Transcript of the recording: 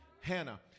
Hannah